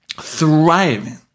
Thriving